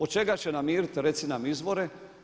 Od čega će namiriti reci nam izvore?